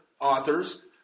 authors